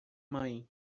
mãe